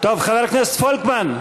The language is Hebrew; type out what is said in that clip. טוב, חבר הכנסת פולקמן.